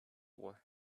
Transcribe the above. war